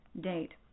date